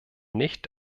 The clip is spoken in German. nicht